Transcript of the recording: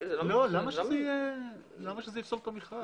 למה שזה יפסול את המכרז?